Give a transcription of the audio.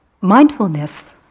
Mindfulness